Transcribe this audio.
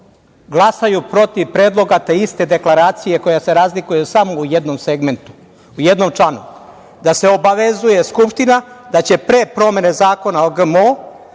glasaju protiv predloga te iste deklaracije koja se razlikuje samo u jednom segmentu, u jednom članu, da se obavezuje Skupština da će pre promene Zakona o GMO